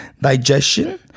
digestion